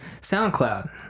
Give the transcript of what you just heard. SoundCloud